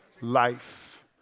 Life